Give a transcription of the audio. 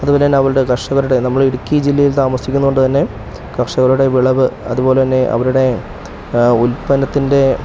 അതുപോലെ തന്നെ അവരുടെ കർഷകരുടെ നമ്മൾ ഇടുക്കി ജില്ലയിൽ താമസിക്കുന്നത് കൊണ്ട് തന്നെ കർഷകരുടെ വിളവ് അതുപോലെ തന്നെ അവരുടെ ഉൽപ്പന്നത്തിൻ്റെ